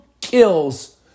kills